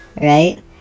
Right